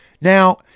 Now